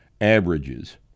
averages